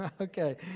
Okay